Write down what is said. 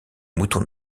moutons